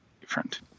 different